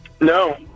No